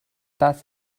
das